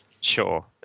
Sure